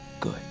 good